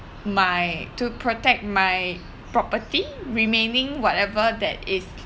my to protect my property remaining whatever that is